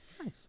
Nice